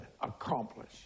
accomplish